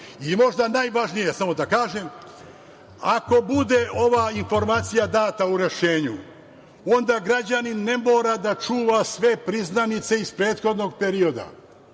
1%.Možda i najvažnije, samo da kažem, ako bude ova informacija data u rešenju, onda građanin ne mora da čuva sve priznanice iz prethodnog perioda,